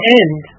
end